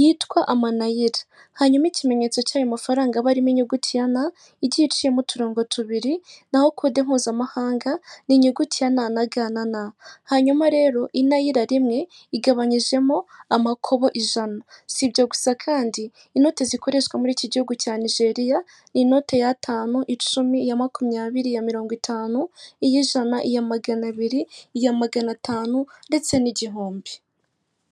yitwa amaniyila. Hanyuma ikimenyetso cy'ayo mafaranga aba arimo inyuguti ya na igiye icyiyemo uturongo tubiri naho kode mpuzamahanga n'inyuguti ya na na ga na na hanyuma rero inayira rimwe rigabanyijemo amakobo ijana si ibyo gusa kandi inoti zikoreshwa muri iki gihugu cya nigeriya ni inote yatanu, icumi, iya makumyabiri na mirongo itanu i'ijana, iya magana abiri iya magana atanu ndetse n'igihumbi.